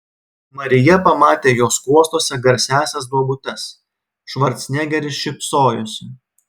marija pamatė jo skruostuose garsiąsias duobutes švarcnegeris šypsojosi